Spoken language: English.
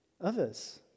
others